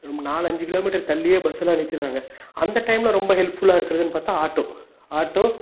ரொ நாலு அஞ்சு கிலோ மீட்டர் தள்ளியே பஸ்ஸெல்லாம் நிறுத்திடுறாங்க அந்த டைம்ல ரொம்ப ஹெல்ப்ஃபுல்லாக இருக்கிறதுன்னு பார்த்தா ஆட்டோ ஆட்டோ